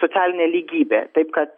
socialinė lygybė taip kad